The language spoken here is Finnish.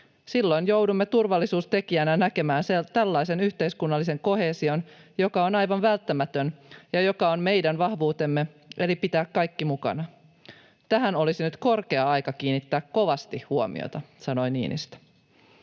Silloin me joudumme turvallisuustekijänä näkemään tällaisen yhteiskunnallisen koheesion, joka on aivan välttämätön ja joka on meidän vahvuutemme, eli pitää kaikki mukana. Tähän olisi nyt korkea aika kiinnittää kovasti huomiota”, sanoi Niinistö.